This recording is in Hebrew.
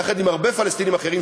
יחד עם הרבה פלסטינים אחרים,